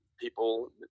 People